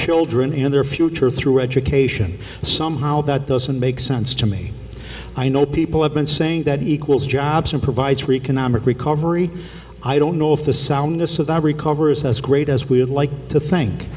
children in their future through education somehow that doesn't make sense to me i know people have been saying that equals jobs and provides for economic recovery i don't know if the soundness of the recovery is as great as we have like to thank